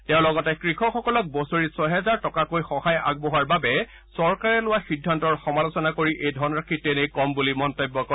তেওঁ লগতে কৃষকসকলক বছৰি ছহেজাৰ টকাকৈ সহায় আগবঢ়োৱাৰ বাবে চৰকাৰে লোৱা সিদ্ধান্তৰ সমালোচনা কৰি এই ধনৰাশি তেনেই কম বুলি মন্তব্য কৰে